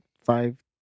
five